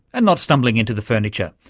and not stumbling into the furniture.